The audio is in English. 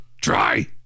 try